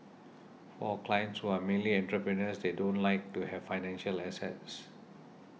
for our clients who are mainly entrepreneurs they don't like to have financial assets